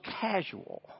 casual